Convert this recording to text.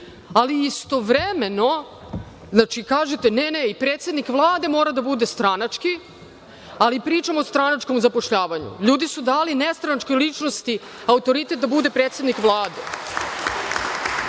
ali istovremeno kažete – ne, ne, i predsednik Vlade mora da bude stranački, a pričamo o stranačkom zapošljavanju. LJudi su dali nestranačkoj ličnosti autoritet da bude predsednik Vlade.